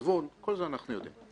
גיוון את כל זה אנחנו יודעים.